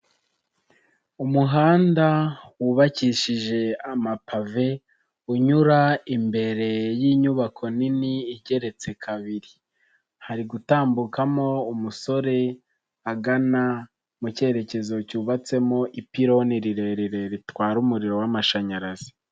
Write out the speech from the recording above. Umuhanda wubakishije amapave, unyura imbere y'inyubako nini igeretse kabiri. Hari gutambukamo umusore agana mu cyerekezo cyubatsemo ipironi rirerire ritwara umuriro w'amashanyarazi.